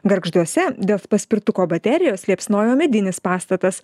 gargžduose dėl paspirtuko baterijos liepsnojo medinis pastatas